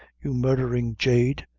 you murdhering jade,